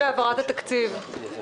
אני הולך